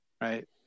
right